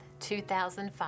2005